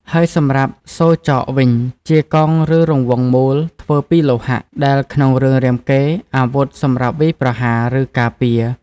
ហើយសម្រាប់សូរចកវិញជា កងឬរង្វង់មូល ធ្វើពីលោហៈ ដែលក្នុងក្នុងរឿងរាមកេរ្តិ៍ អាវុធសម្រាប់វាយប្រហារ ឬការពារ